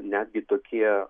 netgi tokie